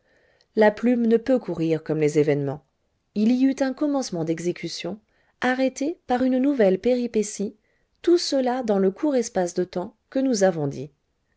la plume ne peut courir comme les événements il y eut un commencement d'exécution arrêté par une nouvelle péripétie tout cela dans le court espace de temps que nous avons dit